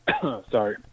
sorry